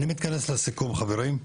אני מתכנס לסיכום, חברים.